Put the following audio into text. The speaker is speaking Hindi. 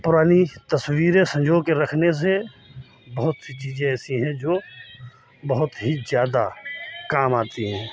पुरानी तस्वीरें संजो के रखने से बहुत सी चीज़ें ऐसी हैं जो बहुत ही ज़्यादा काम आती हैं